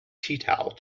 teatowel